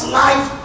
life